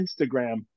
Instagram